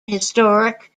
historic